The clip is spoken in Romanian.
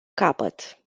capăt